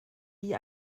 wie